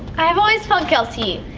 i've always felt guilty.